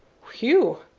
whew!